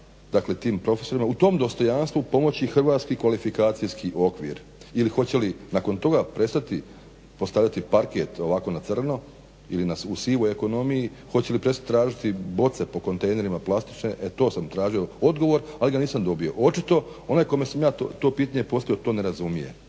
njima tim profesorima u tom dostojanstvu pomoći hrvatski kvalifikacijski okvir? Ili hoće li nakon toga prestati postavljati parket ovako na crno ili u sivoj ekonomiji? Hoće li prestati tražiti boce po kontejnerima plastične? E to sam tražio odgovor ali ga nisam dobio. Očito onaj kome sam ja to pitanje postavio to ne razumije.